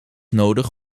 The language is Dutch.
nodig